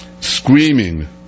screaming